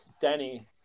Danny